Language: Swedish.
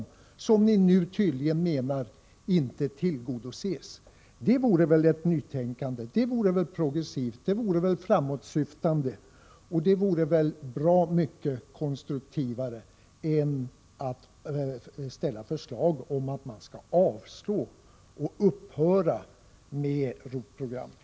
Tydligen menar ni att detta inte nu tillgodoses. Det vore väl ett nytänkande, det vore väl progressivt, det vore väl framåtsyftande och det vore väl bra mycket mer konstruktivt än att ställa förslag om att avstå från och upphöra med ROT-programmet?